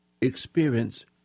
experience